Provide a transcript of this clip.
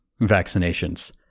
vaccinations